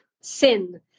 sin